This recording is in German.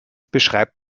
beschreibt